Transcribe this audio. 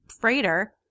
freighter